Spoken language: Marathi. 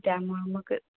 त्यामुळं मग